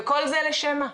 וכל זה לשם מה?